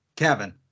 Kevin